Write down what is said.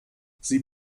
sie